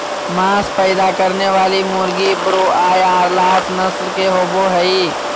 मांस पैदा करने वाली मुर्गी ब्रोआयालर्स नस्ल के होबे हइ